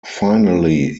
finally